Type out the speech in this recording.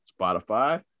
Spotify